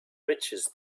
riches